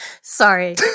Sorry